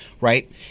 right